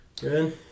good